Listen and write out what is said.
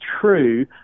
true